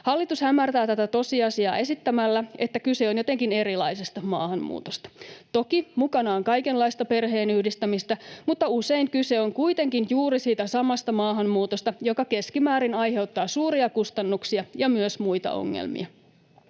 Hallitus hämärtää tätä tosiasiaa esittämällä, että kyse on jotenkin erilaisesta maahanmuutosta. Toki mukana on kaikenlaista perheenyhdistämistä, mutta usein kyse on kuitenkin juuri siitä samasta maahanmuutosta, joka keskimäärin aiheuttaa suuria kustannuksia ja myös muita ongelmia.